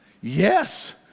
Yes